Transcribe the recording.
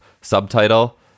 subtitle